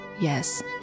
Yes